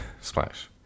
Splash